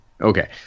Okay